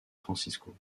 francisco